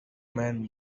man